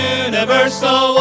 universal